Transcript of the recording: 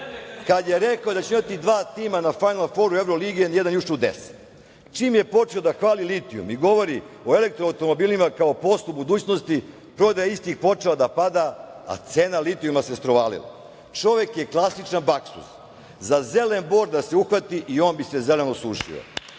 Kada je rekao da ćemo imati dva tima na Fajnal foru Evrolige nijedan nije ušao u 10. Čim je počeo da hvali litijum i govori o elektro automobilima kao poslu budućnost, prodaja istih je počela da pada, a cena litijuma se strovalila. Čovek je klasičan baksuz. Za zelen bor da se uhvati i on bi se zelen osušio. Pošto